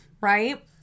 right